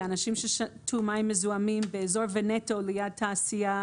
אנשים ששתו מים מזוהמים באזור ונטו ליד תעשייה